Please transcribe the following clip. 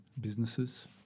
businesses